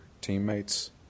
teammates